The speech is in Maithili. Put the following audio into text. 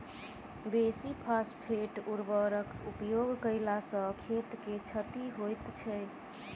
बेसी फास्फेट उर्वरकक उपयोग कयला सॅ खेत के क्षति होइत छै